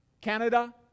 Canada